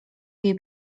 jej